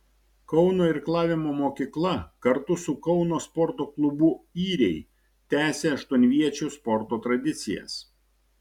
kauno irklavimo mokykla kartu su kauno sporto klubu yriai tęsė aštuonviečių sporto tradicijas